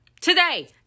today